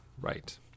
Right